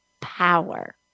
power